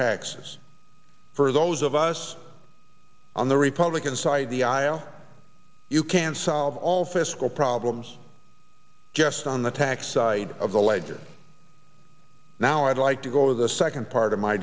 taxes for those of us on the republican side of the aisle you can't solve all fiscal problems just on the tax side of the ledger now i'd like to go to the second part of my